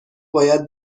باید